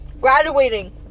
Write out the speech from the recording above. Graduating